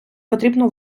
потрібно